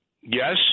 Yes